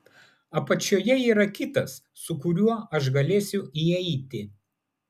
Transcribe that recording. apačioje yra kitas su kuriuo aš galėsiu įeiti